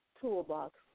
toolbox